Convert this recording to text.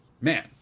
man